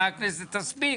מה הכנסת תספיק.